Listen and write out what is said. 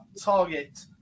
Target